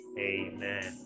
Amen